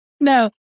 No